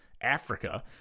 Africa